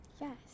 yes